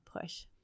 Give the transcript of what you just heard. push